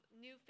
New